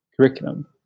curriculum